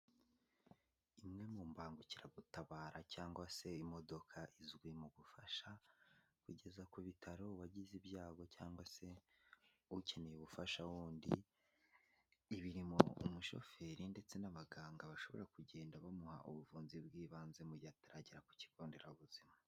Imwe mu mbangukiragutabara cyangwa se imodoka izwi mu gufasha kugeza ku bitaro uwagize ibyago cyangwa se ukeneye ubufasha bundi, iba irimo umushoferi ndetse n'abaganga bashobora kugenda bamuha ubuvunzi bw'ibanze mu gihe ataragera ku kigo nderabuzima.